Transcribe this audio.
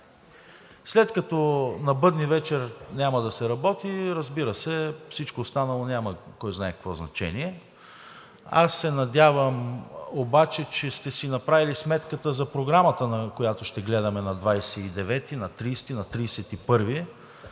След като на Бъдни вечер няма да се работи, разбира се, всичко останало няма кой знае какво значение. Аз се надявам обаче, че сте си направили сметката за Програмата, която ще гледаме на 29-и, на 30-и, на